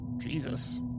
Jesus